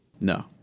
No